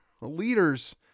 leaders